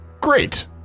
great